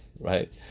Right